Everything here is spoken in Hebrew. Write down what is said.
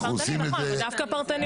אנחנו עושים עם זה מה שאפשר,